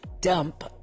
dump